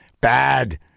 bad